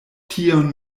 tion